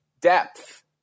depth